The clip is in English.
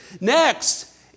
Next